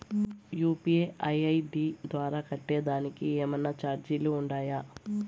UPI ID ద్వారా కట్టేదానికి ఏమన్నా చార్జీలు ఉండాయా?